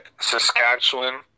Saskatchewan